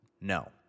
no